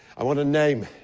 i want a name.